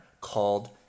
called